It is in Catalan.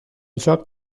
joc